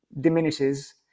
diminishes